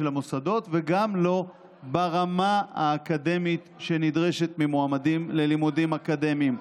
המוסדות וגם לא ברמה האקדמית שנדרשת ממועמדים ללימודים אקדמיים.